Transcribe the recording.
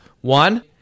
one